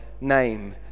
name